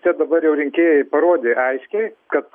čia dabar jau rinkėjai parodė aiškiai kad